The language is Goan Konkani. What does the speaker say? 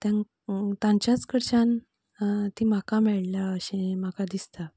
तेंक तांच्याच कडच्यान ती म्हाका मेळ्ळा अशें म्हाका दिसता